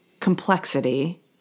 complexity